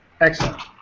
Excellent